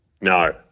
no